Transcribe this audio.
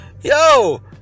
yo